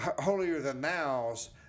holier-than-thous